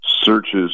searches